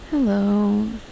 Hello